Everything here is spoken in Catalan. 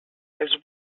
els